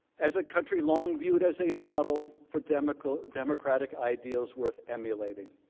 as a country long viewed as a model for democratic democratic ideals worth emulating,